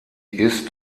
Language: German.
ist